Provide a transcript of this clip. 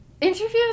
interviews